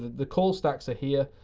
the call stacks are here.